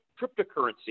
cryptocurrency